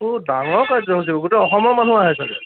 অঁ ডাঙৰ কাৰ্যসূচী গোটেই অসমৰ মানুহ আহে চাগৈ